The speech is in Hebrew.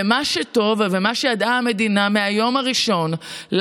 ומה שטוב ומה שידעה המדינה מהיום הראשון,